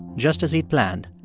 just as he planned.